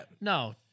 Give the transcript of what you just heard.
No